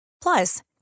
Plus